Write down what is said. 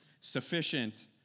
sufficient